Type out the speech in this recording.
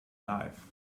life